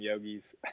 yogis